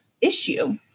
issue